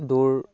দৌৰ